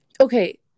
Okay